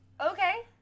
Okay